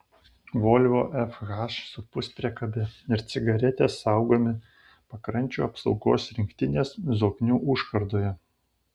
volvo fh su puspriekabe ir cigaretės saugomi pakrančių apsaugos rinktinės zoknių užkardoje